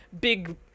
big